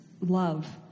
love